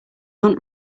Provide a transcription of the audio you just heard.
hunt